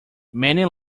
many